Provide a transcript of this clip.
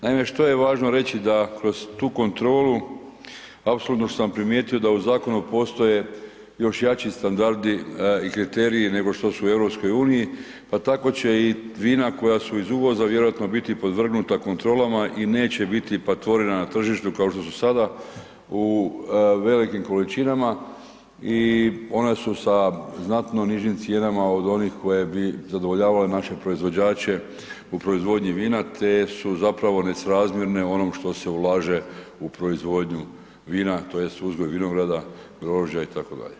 Naime, što je važno reći da kroz tu kontrolu apsolutno sam primijetio da u zakonu postoje još jači standardi i kriteriji nego što su u EU, pa tako će i vina koja su iz uvoza vjerojatno biti podvrgnuta kontrolama i neće biti patvorina na tržištu kao što su sada u velikim količinama i ona su sa znatno nižim cijenama od onih koje bi zadovoljavale naše proizvođače u proizvodnji vina te su zapravo nesrazmjerne onom što se ulaže u proizvodnju vina tj. uzgoj vinograda, grožđa itd.